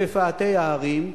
בפאתי הערים.